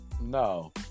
No